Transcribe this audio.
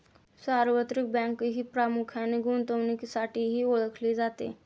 सार्वत्रिक बँक ही प्रामुख्याने गुंतवणुकीसाठीही ओळखली जाते